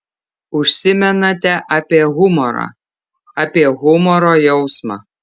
užsimenate apie humorą apie humoro jausmą